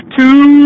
two